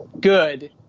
good